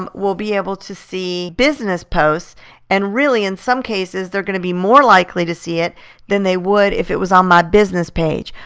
um will be able to see business posts and really in some cases, they're going to be more likely to see it than they would if it was on my business page.